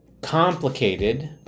Complicated